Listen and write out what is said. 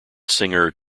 singer